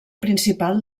principal